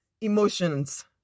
emotions